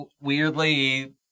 weirdly